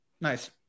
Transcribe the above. Nice